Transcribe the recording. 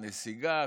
הנסיגה,